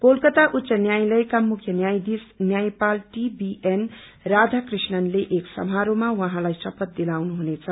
कोलकाता उच्च न्यायलयका मुख्य न्यायाधीश न्यायपाल टिबीएन राधाकृषणणले एक समारोहमा उहाँलाई शपाी दिलाउनु हुनेछ